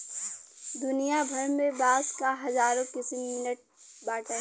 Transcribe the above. दुनिया भर में बांस क हजारो किसिम मिलत बाटे